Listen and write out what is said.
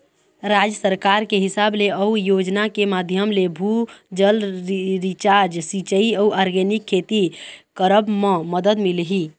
राज सरकार के हिसाब ले अउ योजना के माधियम ले, भू जल रिचार्ज, सिंचाई अउ आर्गेनिक खेती करब म मदद मिलही